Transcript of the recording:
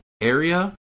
area